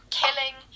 killing